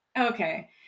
Okay